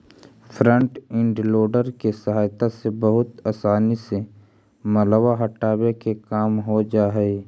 front end loader के सहायता से बहुत असानी से मलबा हटावे के काम हो जा हई